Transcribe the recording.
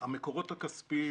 מקורות כספיים